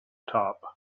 top